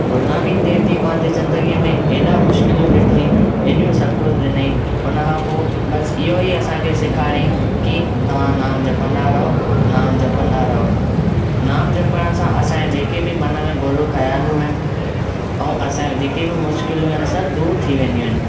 गुरु नानक देव जी पंहिंजे ज़िंदगीअ में ऐॾा मुश्किलियूं ॾिठई ऐॾियूं सभु कुझु ॾीनई हुन खां पोइ बसि इहो असां खे सेखारियाईं कि तव्हां नाम जपंदा रहो नाम जपंदा रहो नाम जपण सां असां जे जेके बि मन में बूरियूं ख़्यालियूं आहिनि ऐं असां जे जेके बि मुश्किलूं आहिनि सभु दूरि थी वेंदियूं आहिनि